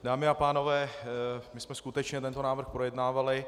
Dámy a pánové, my jsme skutečně tento návrh projednávali.